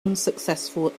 unsuccessful